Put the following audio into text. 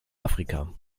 afrika